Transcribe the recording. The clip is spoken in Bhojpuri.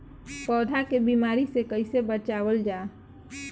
पौधा के बीमारी से कइसे बचावल जा?